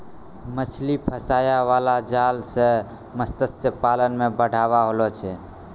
मछली फसाय बाला जाल से मतस्य पालन मे बढ़ाबा होलो छै